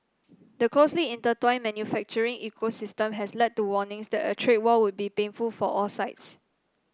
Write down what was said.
the closely intertwined manufacturing ecosystem has led to warnings that a trade war would be painful for all sides